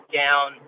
down